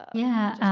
yeah,